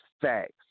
facts